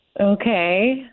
Okay